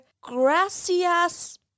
gracias